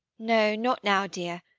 no, not now, dear.